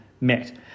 met